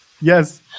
Yes